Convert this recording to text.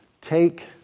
take